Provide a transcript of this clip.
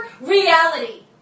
reality